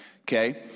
okay